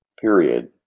period